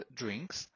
drinks